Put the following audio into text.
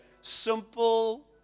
simple